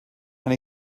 and